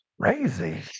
crazy